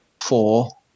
four